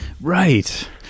Right